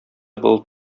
болыт